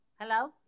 Hello